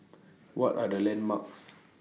What Are The landmarks